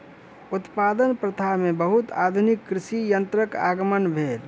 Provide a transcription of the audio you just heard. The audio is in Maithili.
उत्पादन प्रथा में बहुत आधुनिक कृषि यंत्रक आगमन भेल